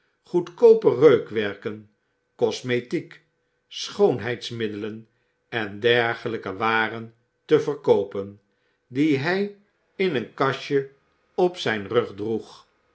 goedkoope reukwerken kosmetiek schoonheidsmiddelen en dergelijke waren te verkoopen die hij in een kastje op zijn rug droeg